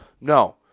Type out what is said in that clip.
No